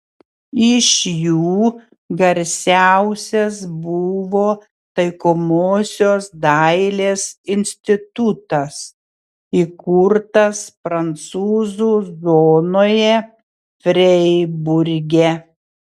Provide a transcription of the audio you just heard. iš jų garsiausias buvo taikomosios dailės institutas įkurtas prancūzų zonoje freiburge